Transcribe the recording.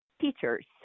teachers